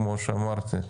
כמו שאמרתי,